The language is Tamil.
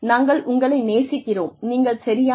நாங்கள் உங்களை நேசிக்கிறோம் நீங்கள் சரியானவர்